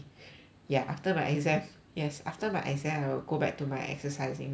ya after my exam yes after my exam I will go back to my exercising routine